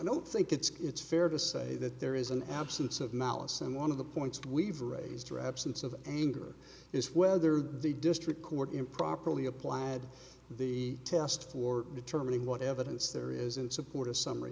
don't think it's it's fair to say that there is an absence of malice and one of the points that we've raised or absence of anger is whether the district court improperly applied the test for determining what evidence there is in support of summ